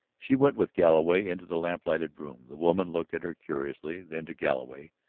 she went with galloway into the lamplighted room. the woman looked at her curiously, then to galloway,